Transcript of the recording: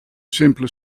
simpele